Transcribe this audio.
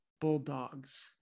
bulldogs